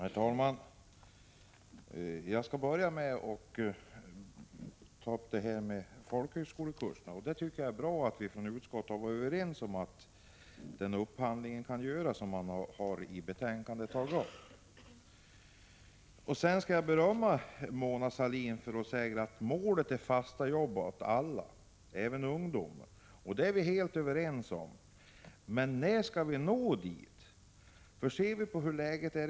Herr talman! Jag skall börja med att ta upp folkhögskolekurserna. Jag tycker det är bra att vi i utskottet varit överens om att den upphandling som vi talat om i betänkandet kan göras. Jag vill sedan berömma Mona Sahlin för att hon säger att målet är fasta jobb åt alla, även ungdomar. Det är vi helt överens om. Men när skall vi nå dit?